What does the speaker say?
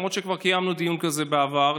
למרות שכבר קיימנו דיון כזה בעבר,